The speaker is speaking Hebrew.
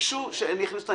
ביקשו שאני אכניס אותו,